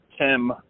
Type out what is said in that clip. Tim